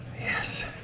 Yes